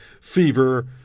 fever